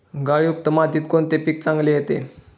गाळयुक्त मातीत कोणते पीक चांगले येते?